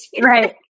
right